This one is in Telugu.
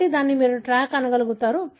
కాబట్టి దీనిని మీరు ట్రాక్ చేయగలరు